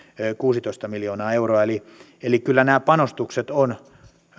kuusitoista miljoonaa euroa eli eli kyllä nämä panostukset ovat